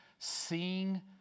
...seeing